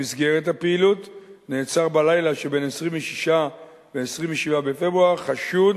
במסגרת הפעילות נעצר בלילה שבין 26 ל-27 בפברואר חשוד